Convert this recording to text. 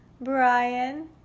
Brian